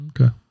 Okay